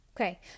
Okay